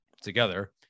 together